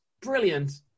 brilliant